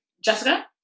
Jessica